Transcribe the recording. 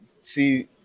See